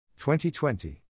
2020